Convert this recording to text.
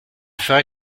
ferai